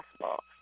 possible